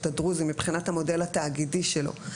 הדרוזים מבחינת המודל התאגידי שלו,